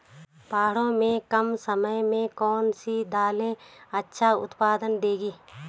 पहाड़ों में कम समय में कौन सी दालें अच्छा उत्पादन देंगी?